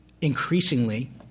Increasingly